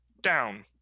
down